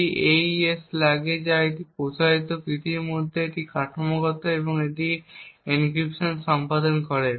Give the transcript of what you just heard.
এটি AES কী লাগে এটি প্রসারিত কীটির জন্য একটি কাঠামোগত এবং এটি এনক্রিপশন সম্পাদন করে